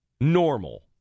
normal